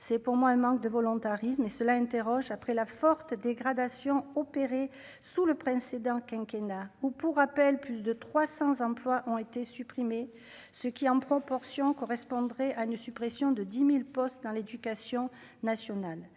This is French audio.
c'est pour moi un manque de volontarisme et cela interroge après la forte dégradation opéré sous le précédent quinquennat ou pour rappel : plus de 300 emplois ont été supprimés, ce qui, en proportion, correspondrait à une suppression de 10000 postes dans l'Éducation nationale,